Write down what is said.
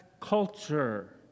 culture